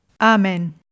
Amen